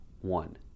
one